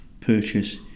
purchase